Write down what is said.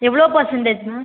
எவ்வளோ percentage ma'am